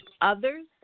others